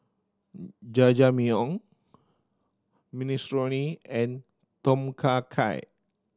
Jajangmyeon Minestrone and Tom Kha Gai